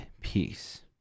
peace